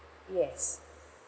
yes